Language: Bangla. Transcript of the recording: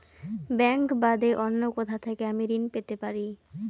ব্যাংক বাদে অন্য কোথা থেকে আমি ঋন পেতে পারি?